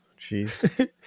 Jeez